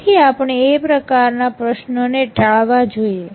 તેથી આપણે એ પ્રકારના પ્રશ્નોને ટાળવા જોઈએ